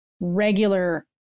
regular